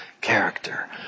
character